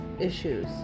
issues